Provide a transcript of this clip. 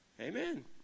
amen